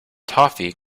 toffee